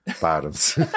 bottoms